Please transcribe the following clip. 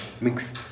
mix